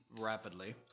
rapidly